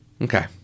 Okay